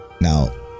now